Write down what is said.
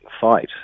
fight